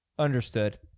Understood